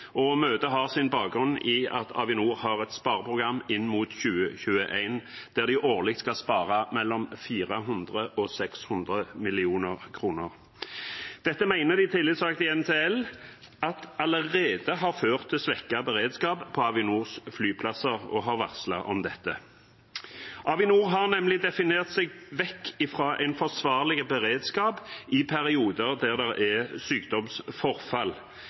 og møtet har sin bakgrunn i at Avinor har et spareprogram fram mot 2021 der de årlig skal spare mellom 400 mill. kr og 600 mill. kr. Dette mener de tillitsvalgte i NTL allerede har ført til svekket beredskap på Avinors flyplasser, og de har varslet om dette. Avinor har nemlig definert seg vekk fra en forsvarlig beredskap i perioder der det er sykdomsforfall,